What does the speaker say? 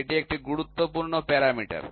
এটি একটি গুরুত্বপূর্ণ প্যারামিটার